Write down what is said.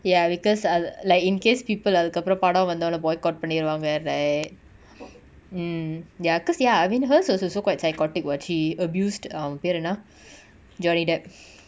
ya because அது:athu like in case people அதுக்கப்ரோ படோ வந்தோனே:athukapro pado vanthone boycott பன்னிருவாங்க:panniruvanga right mm ya cause ya I mean hers was also quite psychotic what she abused அவங்க பேர் என்னா:avanga per ennaa johnny depp